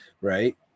Right